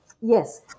Yes